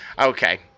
Okay